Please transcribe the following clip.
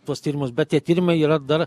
tuos tyrimus bet tie tyrimai yra dar